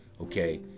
Okay